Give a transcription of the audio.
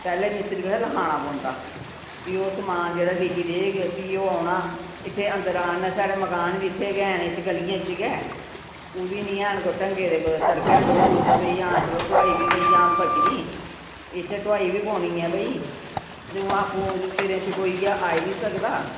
पैह्ले मिस्त्री हा लखाना पौंदा फ्ही ओह् समान जेह्ड़ा लिखी देग फ्ही ओह् औना इत्थें अंदरा आह्नना साढ़े मकान बी इत्थै गै न इत्थें गलियें च गै ओह् बी नी हैन कोई ढंगै दे कुदै सड़कै पर होन तां भाई हां चलो ढोआई बी बचदी इद्धर ढोआई बी पौनी ऐ भाई ते ओह् आपूं सिरै चकोइयै आई नी सकदा